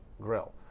grill